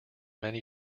many